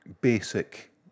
basic